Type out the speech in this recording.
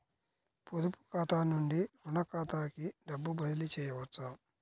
పొదుపు ఖాతా నుండీ, రుణ ఖాతాకి డబ్బు బదిలీ చేయవచ్చా?